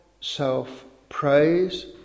self-praise